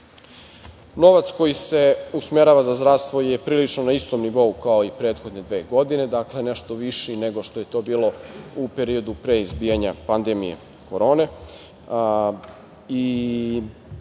prava. Novac koji se usmerava za zdravstvo je prilično na istom nivou, kao i prethodne dve godine. Dakle, nešto viši nego što je to bilo u periodu pre izbijanja pandemije korone. Ne